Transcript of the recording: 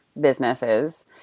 businesses